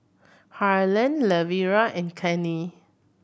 Harlan Lavera and Cannie